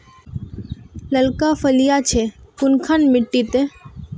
लालका फलिया छै कुनखान मिट्टी त?